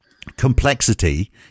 Complexity